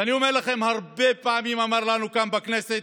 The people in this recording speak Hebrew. ואני אומר לכם, הרבה פעמים אמר לנו כאן בכנסת